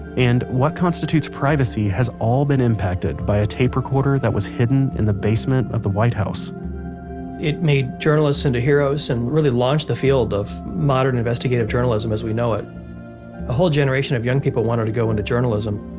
and what constitutes privacy has all been impacted by a tape recorder that was hidden in the basement of the white house it made journalists into heroes and really launched the field of modern investigative journalism as we know it. a whole generation of young people wanted to go into journalism.